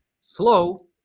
Slow